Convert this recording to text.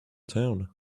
town